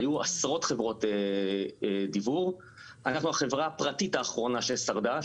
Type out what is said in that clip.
היו עשרות חברות דיוור אבל אנחנו החברה הפרטית האחרונה ששרדה.